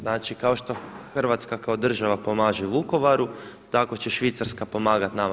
Znači kao što Hrvatska kao država pomaže Vukovaru, tako će Švicarska pomagati nama.